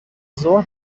ظهر